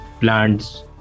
plants